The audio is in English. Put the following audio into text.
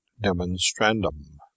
demonstrandum